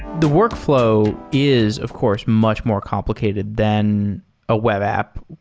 the workfl ow is of course much more complicated than a web app.